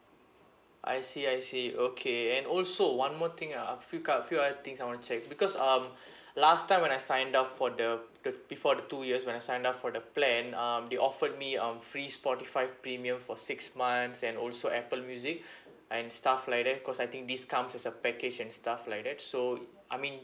I see I see okay and also one more thing uh a few quite a few other things I wanna check because um last time when I signed up for the the before the two years when I signed up for the plan um they offered me um free spotify premium for six months and also apple music and stuff like that cause I think discounts as a package and stuff like that so I mean